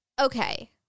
okay